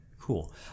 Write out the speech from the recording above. cool